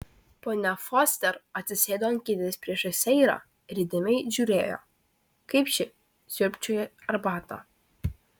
ponia foster atsisėdo ant kėdės priešais seirą ir įdėmiai žiūrėjo kaip ši siurbčioja arbatą